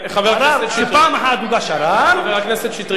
חבר הכנסת שטרית,